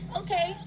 okay